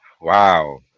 Wow